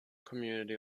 community